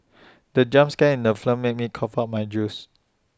the jump scare in the film made me cough out my juice